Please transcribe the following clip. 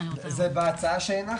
זה בהצעה שהנחנו.